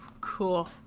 cool